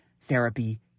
therapy